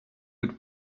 would